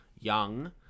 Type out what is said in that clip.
young